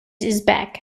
uzbek